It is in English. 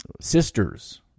sisters